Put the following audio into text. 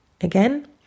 Again